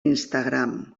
instagram